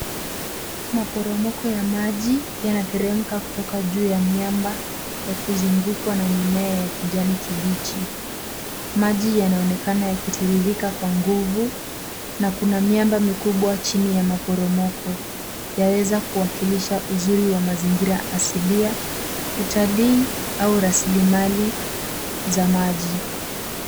Maporomoko ya maji yanateremka kutoka juu ya miamba yakizungukwa na mimea ya kijani kibichi. Maji yanaonekana yakitiririka kwa nguvu na kuna miamba mikubwa chini ya maporomoko yaweza kuwakilisha uzuri wa mazingira asilia, utalii au rasilimali za maji.